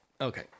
okay